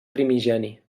primigeni